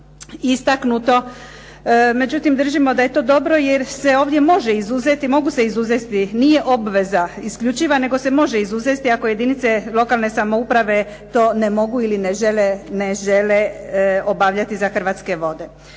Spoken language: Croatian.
istaknuto. Međutim držimo da je to dobro, jer se ovdje može izuzeti, mogu se izuzesti, nije obveza isključiva, nego se može izuzesti ako jedinice lokalne samouprave to ne mogu iil ne žele obavljati za Hrvatske vode.